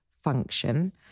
Function